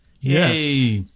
Yes